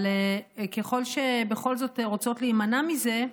אבל ככל שבכל זאת רוצות להימנע מזה,